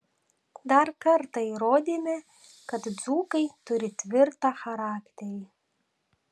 dar kartą įrodėme kad dzūkai turi tvirtą charakterį